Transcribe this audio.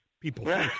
People